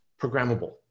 programmable